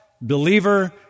believer